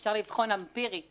אפשר לבחון אמפירית